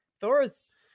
Thor's